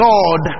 God